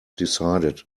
decided